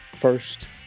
First